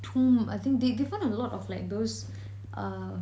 tomb I think they they found a lot of like those uh